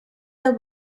their